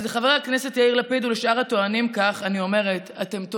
אז לחבר הכנסת יאיר לפיד ולשאר הטוענים כך אני אומרת: אתם טועים,